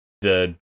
the-